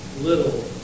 little